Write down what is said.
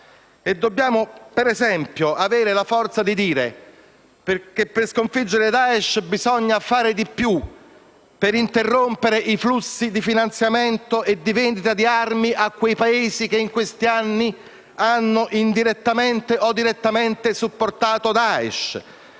Dobbiamo, per esempio, avere la forza di dire che per sconfiggere Daesh bisogna fare di più per interrompere i flussi di finanziamento e di vendita di armi a quei Paesi che in questi anni hanno indirettamente o direttamente supportato Daesh.